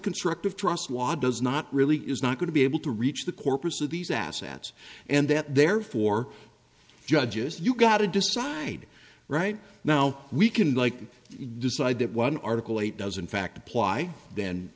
construct of trust water does not really is not going to be able to reach the corpus of these assets and that therefore judges you've got to decide right now we can like them decide that one article eight does in fact apply then